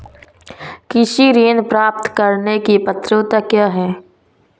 कृषि ऋण प्राप्त करने की पात्रता क्या है?